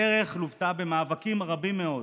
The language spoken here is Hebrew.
הדרך לוותה במאבקים רבים מאוד.